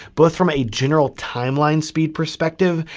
both from a general timeline speed perspective,